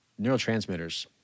neurotransmitters